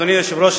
אדוני היושב-ראש,